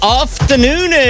afternoon